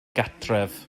gartref